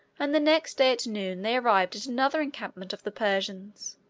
and the next day at noon they arrived at another encampment of the persians,